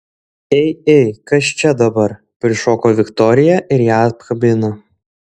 ei ei kas čia dabar prišoko viktorija ir ją apkabino